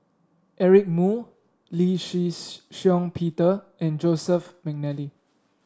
Eric Moo Lee Shih Shiong Peter and Joseph McNally